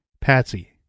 Patsy